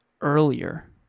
earlier